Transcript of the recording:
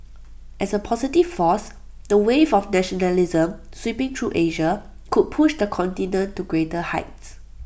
as A positive force the wave of nationalism sweeping through Asia could push the continent to greater heights